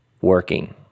working